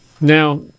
Now